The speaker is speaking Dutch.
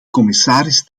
commissaris